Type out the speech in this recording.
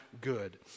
good